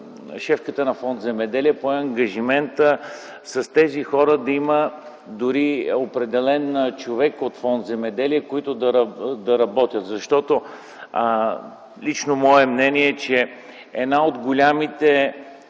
шефката на Фонд „Земеделие” пое ангажимента за тези хора да има определен човек от Фонд „Земеделие”, с който да работят. Лично мое мнение е, че една от големите